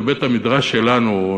בבית-המדרש שלנו,